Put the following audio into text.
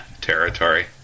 territory